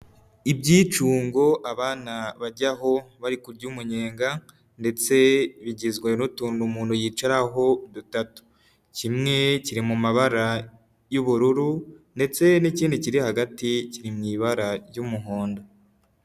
Ibyicungo abana bajyaho bari kurya umunyenga ndetse bigizwe n'utuntu umuntu yicaraho dutatu. Kimwe kiri mu mabara y'ubururu ndetse n'ikindi kiri hagati kiri mu ibara ry'umuhondo.